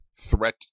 threat